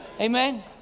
amen